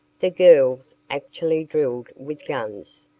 the girls actually drilled with guns,